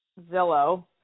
Zillow